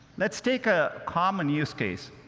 let's take a common use case.